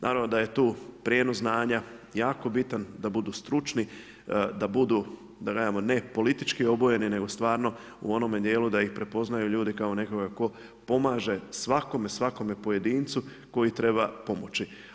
Naravno da je tu prijenos znanja jako bitan, da budu stručnu, da budu da kažem ne politički obojeni nego stvarno u onome dijelu da ih prepoznaju ljudi kao nekoga tko pomaže svakome, svakome pojedincu koji treba pomoći.